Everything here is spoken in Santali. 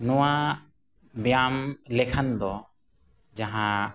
ᱱᱚᱣᱟ ᱵᱮᱭᱟᱢ ᱞᱮᱠᱷᱟᱱ ᱫᱚ ᱡᱟᱦᱟᱸ